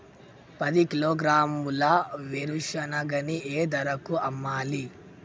పది కిలోగ్రాముల వేరుశనగని ఏ ధరకు అమ్మాలి?